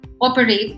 operate